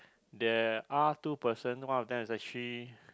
there are two person one of them is actually